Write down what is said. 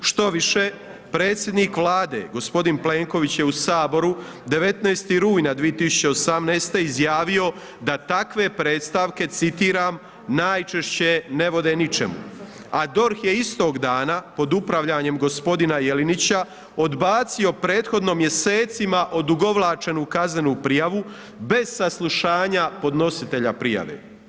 Štoviše, predsjednik Vlade g. Plenković je u Saboru 19. rujna 2018. izjavio da takve predstavke citiram „najčešće ne vode ničemu“ a DORH je istog dana pod upravljanjem g. Jelinića odbacio prethodno mjesecima odugovlačenu kaznenu prijavu bez saslušanja podnositelja prijave.